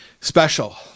special